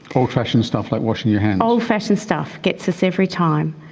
old-fashioned stuff like washing your hands. old-fashioned stuff, gets us every time.